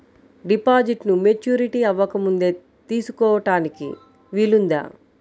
డిపాజిట్ను మెచ్యూరిటీ అవ్వకముందే తీసుకోటానికి వీలుందా?